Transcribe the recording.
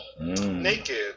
naked